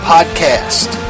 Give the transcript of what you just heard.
Podcast